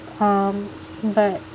um but